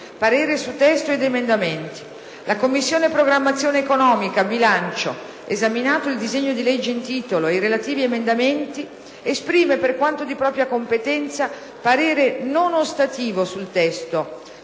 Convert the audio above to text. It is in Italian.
BONFRISCO, *segretario*. «La Commissione programmazione economica, bilancio, esaminato il disegno di legge in titolo ed i relativi emendamenti, esprime, per quanto di competenza, parere non ostativo sul testo,